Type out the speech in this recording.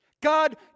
God